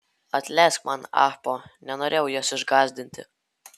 atleisk man ahpo nenorėjau jos išgąsdinti